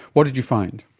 what did you find?